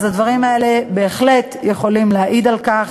הדברים האלה בהחלט יכולים להעיד על כך.